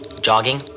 jogging